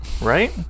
Right